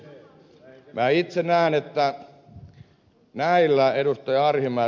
minä itse näen että näillä ed